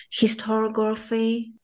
historiography